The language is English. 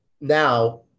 Now